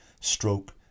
stroke